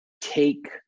take